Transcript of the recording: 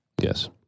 Yes